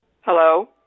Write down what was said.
Hello